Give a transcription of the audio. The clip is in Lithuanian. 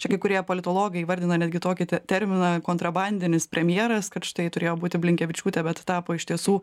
čia kai kurie politologai įvardino netgi tokį terminą kontrabandinis premjeras kad štai turėjo būti blinkevičiūtė bet tapo iš tiesų